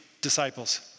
disciples